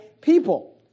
people